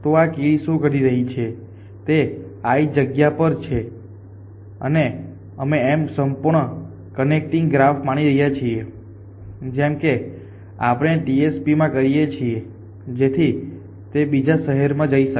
તો આ કીડી શું કરી રહી છે તે i જગ્યા પર છે અને અમે અહીં સંપૂર્ણ કનેક્ટિંગ ગ્રાફ માની રહ્યા છીએ જેમ કે આપણે TSP માં કરીએ છીએ જેથી તે બીજા શહેરમાં જઈ શકે